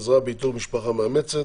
עזרה באיתור משפחה מאמצת,